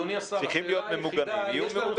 צריכים להיות ממוגנים, יהיו ממוגנים.